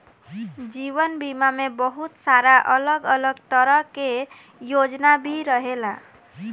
जीवन बीमा में बहुत सारा अलग अलग तरह के योजना भी रहेला